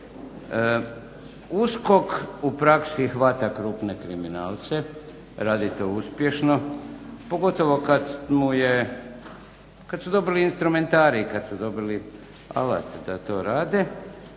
USKOK u praksi hvata krupne kriminalce, radi to uspješno. Pogotovo kad mu je, kad su dobili instrumentarij, kad su dobili alat da to rade.